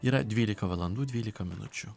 yra dvylika valandų dvylika minučių